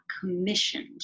commissioned